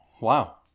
wow